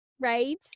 Right